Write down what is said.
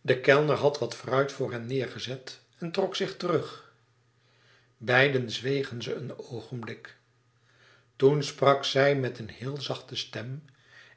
de kellner had wat fruit voor hen neêrgezet en trok zich terug beiden zwegen ze een oogenblik toen sprak zij met een heel zachte stem